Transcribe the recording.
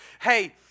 hey